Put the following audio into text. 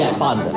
yeah bom